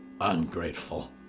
Ungrateful